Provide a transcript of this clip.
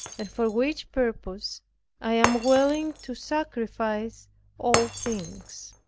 and for which purpose i am willing to sacrifice all things.